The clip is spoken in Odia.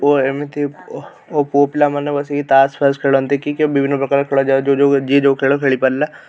ଓ ଏମିତି ଓ ପୁଅ ପିଲାମାନେ ବସିକି ତାସ୍ ଫାସ୍ ଖେଳନ୍ତି କି କିଏ ବିଭିନ୍ନ ପ୍ରକାର ଖେଳ ଯିଏ ଯେଉଁ ଯିଏ ଯେଉଁ ଖେଳ ଖେଳି ପାରିଲା